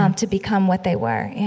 um to become what they were. yeah